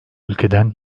ülkeden